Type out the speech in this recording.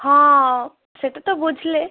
ହଁ ସେଇଟା ତ ବୁଝିଲେ